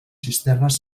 cisternes